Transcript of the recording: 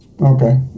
Okay